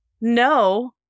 no